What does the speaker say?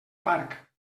parc